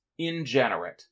ingenerate